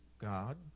God